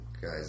guys